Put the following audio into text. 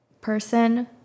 person